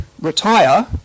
retire